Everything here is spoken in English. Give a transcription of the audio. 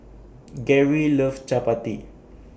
Garry loves Chappati